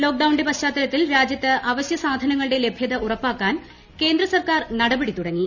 ലോക്ക്ഡൌണിന്റെ പശ്ചാത്തലത്തിൽ രാജ്യത്ത് അവശ്യ സാധനങ്ങളുടെ ലഭ്യത ഉറപ്പാക്കാൻ കേന്ദ്രസർക്കാർ നടപടി തുടങ്ങി